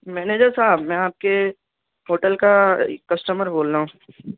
manager صاحب میں آپ کے ہوٹل کا کسٹمر بول رہا ہوں